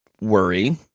worry